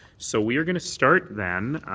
so we're going to start, then,